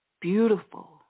beautiful